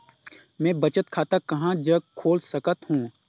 मैं बचत खाता कहां जग खोल सकत हों?